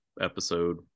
episode